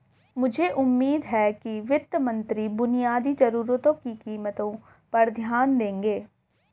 मुझे उम्मीद है कि वित्त मंत्री बुनियादी जरूरतों की कीमतों पर ध्यान देंगे